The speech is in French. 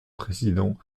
président